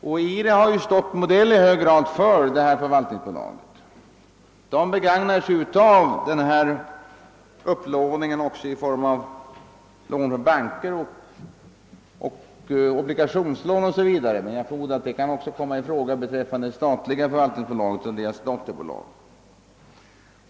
IRI, som i hög grad har stått modell för detta förvaltningsbolag, begagnar sig av upplåning också i banker och i form av obligationslån. Jag förmodar att samma sak kan komma i fråga för vårt statliga förvaltningsbolag och dess dotterbolag.